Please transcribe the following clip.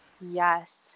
Yes